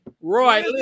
Roy